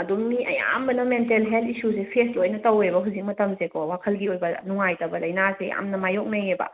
ꯑꯗꯨꯝ ꯃꯤ ꯑꯌꯥꯝꯕꯅ ꯃꯦꯟꯇꯦꯜ ꯍꯦꯜꯠ ꯏꯁꯨꯁꯦ ꯐꯦꯁ ꯂꯣꯏꯅ ꯇꯧꯋꯦꯕ ꯍꯧꯖꯤꯛ ꯃꯇꯝꯁꯦꯀꯣ ꯋꯥꯈꯜꯒꯤ ꯑꯣꯏꯕ ꯅꯨꯡꯉꯥꯏꯇꯕ ꯂꯥꯏꯅꯥꯁꯦ ꯌꯥꯝꯅ ꯃꯥꯏꯌꯣꯛꯅꯩꯑꯕ